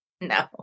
No